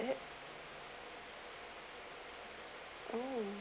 it oh